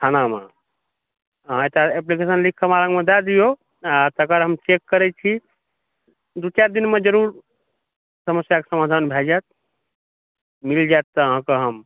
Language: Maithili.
थानामे अहाँ एकटा एप्लीकेशन लिखिक हमरा लगमे दऽ दियौ आ तेकर हम चेक करय छी दू चारि दिनमे जरूर समस्याक समाधान भऽ जायत मिल जायत तऽ अहाँके हम